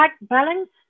balance